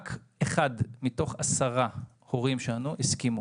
רק 1 מתוך 10 הורים הסכימו.